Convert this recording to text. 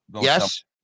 Yes